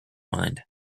mind